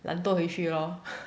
懒惰回去 lor